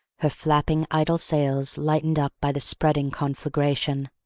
her flapping idle sails lighted up by the spreading conflagration,